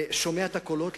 שומע את הקולות,